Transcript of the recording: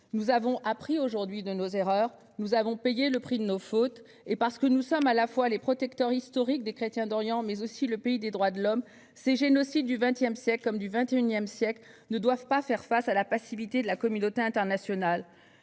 nous avons appris de nos erreurs, nous avons payé le prix de nos fautes. Et parce que nous sommes à la fois les protecteurs historiques des chrétiens d'Orient, mais aussi le pays des droits de l'homme, ces génocides du XX siècle comme du XXI siècle ne doivent pas rencontrer la passivité de la communauté internationale,